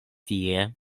tie